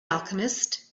alchemist